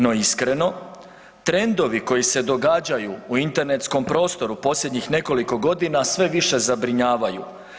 No, iskreno, trendovi koji se događaju u internetskom prostoru posljednjih nekoliko godina sve više zabrinjavaju.